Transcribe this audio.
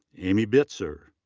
amy bitzer.